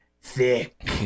Thick